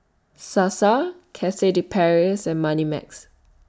Sasa Cafe De Paris and Moneymax